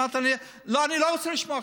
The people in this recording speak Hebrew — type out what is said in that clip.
אני הייתי שם לפני שבועיים,